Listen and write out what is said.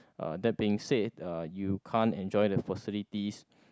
uh that being said uh you can't enjoy the facilities